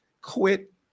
quit